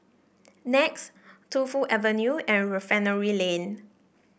Nex Tu Fu Avenue and Refinery Lane